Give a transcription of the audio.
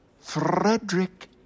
Frederick